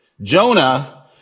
Jonah